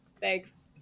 thanks